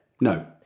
No